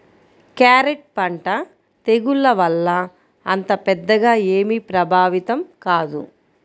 carrot పంట తెగుళ్ల వల్ల అంత పెద్దగా ఏమీ ప్రభావితం కాదు